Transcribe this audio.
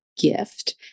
gift